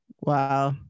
Wow